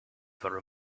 for